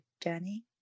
journey